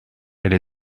elle